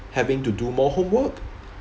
having to do more homework